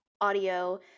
audio